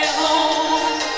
home